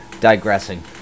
digressing